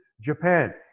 Japan